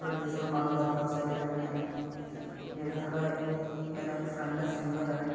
अपना जिसलै मन करदा उसलै जन्ने जेह्ड़ा साढ़ा मेरा इक फ्रेंड ऐ सिंगर ऐ